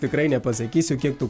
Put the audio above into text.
tikrai nepasakysiu kiek tų